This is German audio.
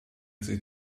die